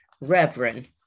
Reverend